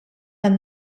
tan